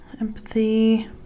empathy